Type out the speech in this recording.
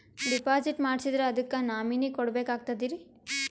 Deposit ಮಾಡ್ಸಿದ್ರ ಅದಕ್ಕ nominee ಕೊಡಬೇಕಾಗ್ತದ್ರಿ?